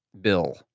bill